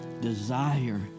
desire